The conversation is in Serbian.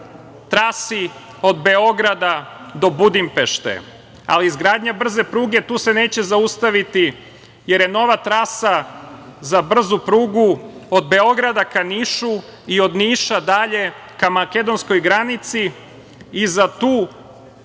trasi od Beograda do Budimpešte, ali izgradnja brze pruge, tu se neće zaustaviti, jer je nova trasa za brzu Prugu, od Beograda ka Nišu, i od Niša dalje ka makedonskoj granici, i za tu